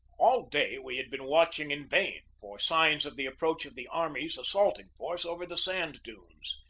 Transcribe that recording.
all day we had been watching in vain for signs of the approach of the army's assaulting force over the sand dunes.